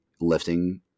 lifting